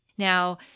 Now